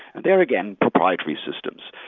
and they're again proprietary systems.